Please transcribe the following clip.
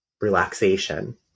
relaxation